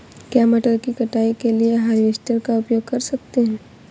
क्या मटर की कटाई के लिए हार्वेस्टर का उपयोग कर सकते हैं?